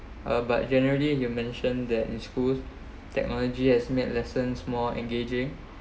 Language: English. uh but generally you mentioned that in school technology has met lessons more engaging